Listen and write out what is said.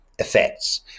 Effects